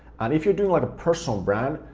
and if you're doing like a personal brand,